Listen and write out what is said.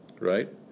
right